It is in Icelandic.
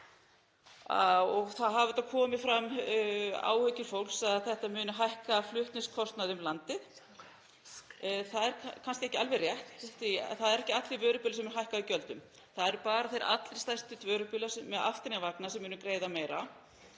Það hafa komið fram áhyggjur fólks um að þetta muni hækka flutningskostnað um landið. Það er kannski ekki alveg rétt því að það eru ekki allir vörubílar sem munu hækka í gjöldum, það eru bara allra stærstu vörubílarnir með aftanívagna sem munu greiða meira,